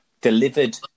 delivered